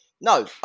no